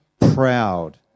proud